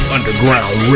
Underground